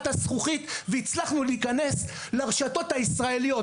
הזכוכית והצלחנו להיכנס לרשתות הישראליות,